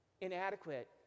inadequate